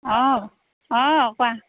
অঁ অঁ কোৱা